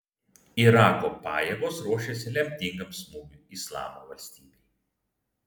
irako pajėgos ruošiasi lemtingam smūgiui islamo valstybei